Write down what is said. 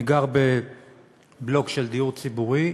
אני גר בבלוק של דיור ציבורי,